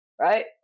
right